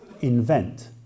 invent